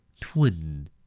twin